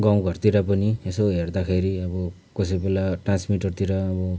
गाउँ घरतिर पनि यसो हेर्दाखेरि अब कसै बेला ट्रान्समिटरतिर अब